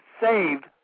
saved